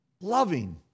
loving